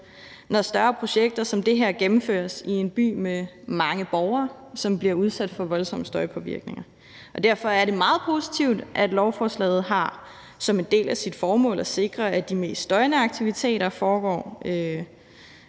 når større projekter som det her gennemføres i en by med mange borgere, som bliver udsat for voldsomme støjpåvirkninger. Derfor er det meget positivt, at lovforslaget har som en del af sit formål at sikre, at de mest støjende aktiviteter foregår